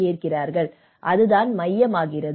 அதுதான் மையமாகிறது